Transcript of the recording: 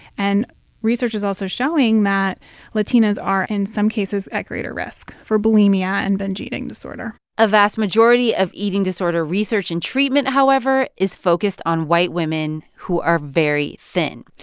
and research is also showing that latinas are, in some cases, at greater risk for bulimia and binge-eating disorder a vast majority of eating disorder research and treatment, however, is focused on white women who are very thin.